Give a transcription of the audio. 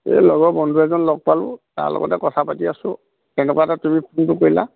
এই লগৰ বন্ধু এজন লগ পালোঁ তাৰ লগতে কথা পাতি আছোঁ তেনেকুৱাতে তুমি ফোনটো কৰিলা